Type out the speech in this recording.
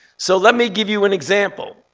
so let me give you an example.